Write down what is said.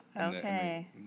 okay